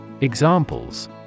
Examples